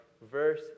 verse